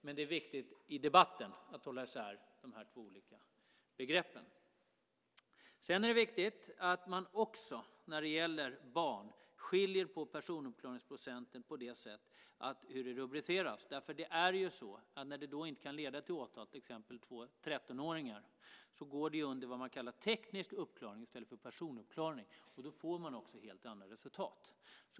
Men det är viktigt i debatten att hålla isär de två olika begreppen. Det är också viktigt att man när det gäller barn skiljer på personuppklaringsprocenten på det sätt som det rubriceras. När det inte kan leda till åtal, till exempel när det gäller två 13-åringar, går det under vad man kallar för teknisk uppklaring i stället för personuppklaring. Då får man också helt andra resultat.